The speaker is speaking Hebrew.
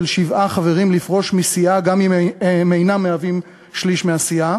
שבעה חברים לפרוש מסיעה גם אם אינם מהווים שליש מהסיעה,